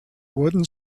wooden